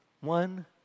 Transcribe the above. one